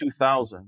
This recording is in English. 2000